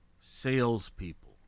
salespeople